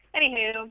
Anywho